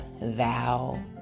thou